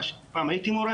פעם הייתי מורה